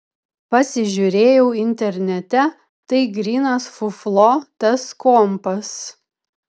pasižiūrėjau internete tai grynas fuflo tas kompas